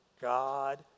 God